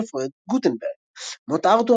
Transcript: בפרויקט גוטנברג מות ארתור,